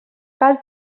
cal